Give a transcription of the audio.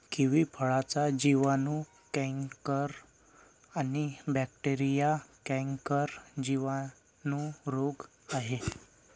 kiwi फळाचा जिवाणू canker आणि बॅक्टेरीयल कैंकर जिवाणू रोग आहे